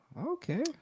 okay